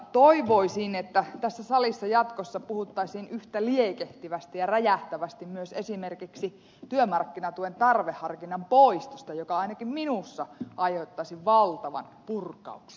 toivoisin että tässä salissa jatkossa puhuttaisiin yhtä liekehtivästi ja räjähtävästi myös esimerkiksi työmarkkinatuen tarveharkinnan poistosta joka ainakin minussa aiheuttaisi valtavan purkauksen